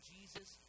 Jesus